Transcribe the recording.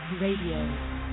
Radio